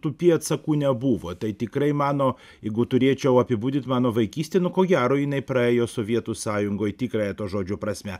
tų pėdsakų nebuvo tai tikrai mano jeigu turėčiau apibūdint mano vaikystė nu ko gero jinai praėjo sovietų sąjungoje tikrąja to žodžio prasme